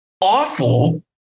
awful